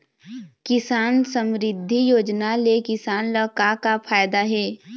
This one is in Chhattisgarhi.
किसान समरिद्धि योजना ले किसान ल का का फायदा हे?